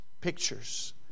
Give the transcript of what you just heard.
Pictures